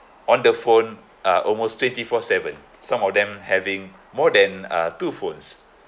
on the phone uh almost twenty four seven some of them having more than uh two phones